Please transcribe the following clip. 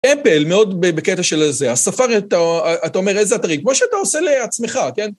אפל מאוד בקטע של זה, הספארי אתה אומר איזה אתרים, כמו שאתה עושה לעצמך, כן?